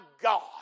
God